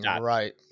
Right